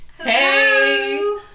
hey